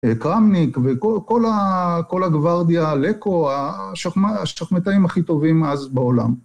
קרמניק וכל הגווארדיה הלקו, השחמטאים הכי טובים אז בעולם.